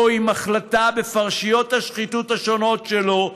עם החלטה בפרשיות השחיתות השונות שולו,